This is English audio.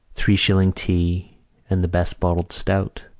three-shilling tea and the best bottled stout.